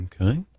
Okay